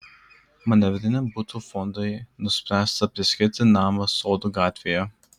manevriniam butų fondui nuspręsta priskirti namą sodų gatvėje